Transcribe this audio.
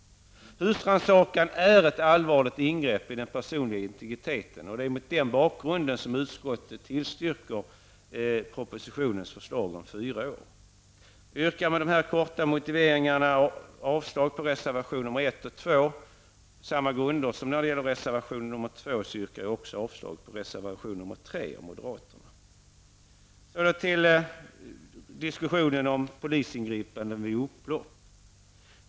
Husrannsakan innebär ett allvarligt ingrepp i den personliga integriteten, och det är mot den bakgrunden som utskottet tillstyrker propositionens förslag om fyra år. Jag yrkar med dessa kortfattade motiveringar avslag på reservationerna nr 1 och 2. På samma grunder som när det gäller reservation nr 2 yrkar jag även avslag på reservation nr 3 av moderaterna. Sedan till diskussionen om polisingripanden vid upplopp.